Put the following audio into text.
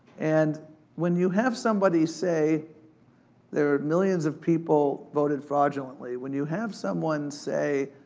and when you have somebody say there are millions of people voted fraudulently, when you have someone say,